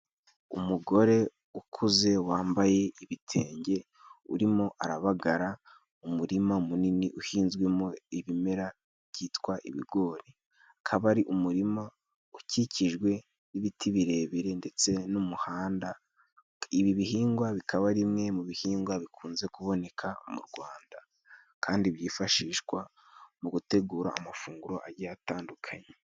Umugore ukuze wambaye ibitenge, urimo arabagara umurima munini, uhinzwemo ibimera byitwa ibigori. Ukaaba ari umurima ukikijwe n'ibiti birebire, ndetse n'umuhanda. Ibi bihingwa bikaba ari bimwe mu bihingwa bikunze kuboneka mu Rwanda, kandi byifashishwa mu gutegura amafunguro agiye atandukanye.